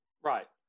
Right